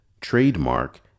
trademark